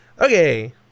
Okay